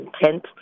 intent